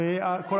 אין מחלוקת.